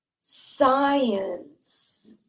science